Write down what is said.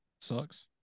Sucks